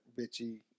bitchy